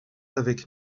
avec